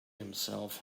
himself